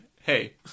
hey